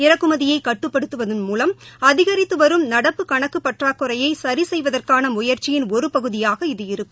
இறக்குமதியை கட்டுப்படுத்துவதன் மூலம் அதிகரித்து வரும் நடப்பு கணக்கு பற்றாக்குறையை சரிசெய்வதற்கான முயற்சியின் ஒரு பகுதியாக இது இருக்கும்